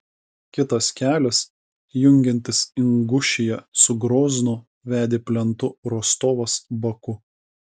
kitas kelias jungiantis ingušiją su groznu vedė plentu rostovas baku